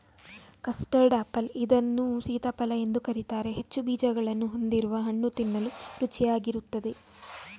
custard apple ಇದನ್ನು ಸೀತಾಫಲ ಎಂದು ಕರಿತಾರೆ ಹೆಚ್ಚು ಬೀಜಗಳನ್ನು ಹೊಂದಿರುವ ಹಣ್ಣು ತಿನ್ನಲು ರುಚಿಯಾಗಿರುತ್ತದೆ